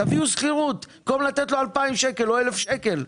תביאו שכירות במקום לתת לו 2,000 שקל או 1,000 שקל.